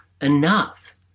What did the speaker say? enough